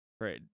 right